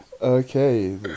Okay